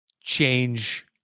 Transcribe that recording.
change